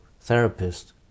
therapist